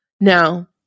Now